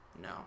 No